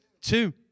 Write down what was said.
Two